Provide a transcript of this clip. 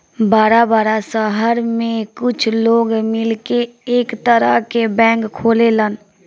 बड़ा बड़ा सहर में कुछ लोग मिलके एक तरह के बैंक खोलेलन